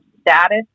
status